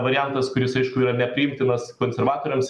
variantas kuris aišku yra nepriimtinas konservatoriams